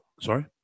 Sorry